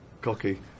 cocky